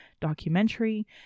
documentary